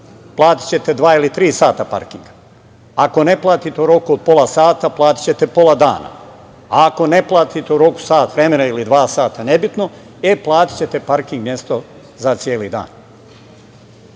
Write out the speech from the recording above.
platićete dva ili tri sata parking. Ako ne platite u roku od pola sata, platićete pola dana. A ako ne platite u roku od sat vremena ili dva sata, nebitno, e, platićete parking mesto za celi dan. Da